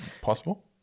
possible